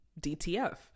DTF